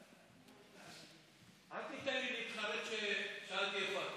אל תיתן לי להתחרט ששאלתי איפה אתה.